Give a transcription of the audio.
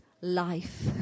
life